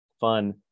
fun